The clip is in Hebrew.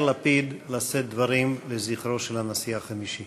לפיד לשאת דברים לזכרו של הנשיא החמישי.